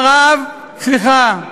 הרב, סליחה.